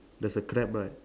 there's a crab right